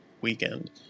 weekend